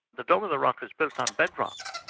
the dome of the rock is built on bedrock,